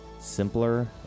simpler